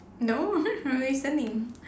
no I'm listening